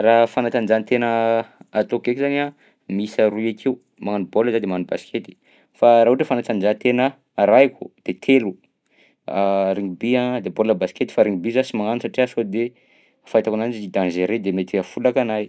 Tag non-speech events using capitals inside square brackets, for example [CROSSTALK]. Raha fanatanjahantena ataoko eky zany a miisa roy akeo, magnano baolina zaho de magnano baskety. Fa raha ohatra hoe fanatanjahantena arahiko de telo: [HESITATION] rugby a de baolina basikety fa rugby zaho sy magnano satria sao de fahitako ananjy izy dangereux de mety ahafolaka anahy.